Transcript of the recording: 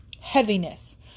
heaviness